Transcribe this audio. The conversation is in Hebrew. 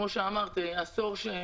כמו שאמרת, מדובר על עשור של